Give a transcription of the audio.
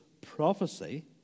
prophecy